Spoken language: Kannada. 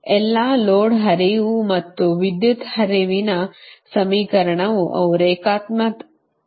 ಎಲ್ಲಾ ಲೋಡ್ ಹರಿವು ಅಥವಾ ವಿದ್ಯುತ್ ಹರಿವಿನ ಸಮೀಕರಣ ಅವು ರೇಖಾತ್ಮಕವಲ್ಲದ ಸಮೀಕರಣ